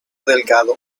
delgado